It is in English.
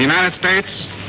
united states,